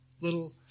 little